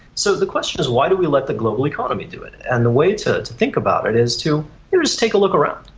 so the question is why do we let the global economy do it? and the way to to think about it is to just take a look around,